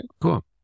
Cool